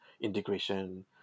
integration